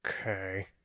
Okay